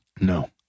No